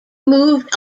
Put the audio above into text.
moved